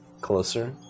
closer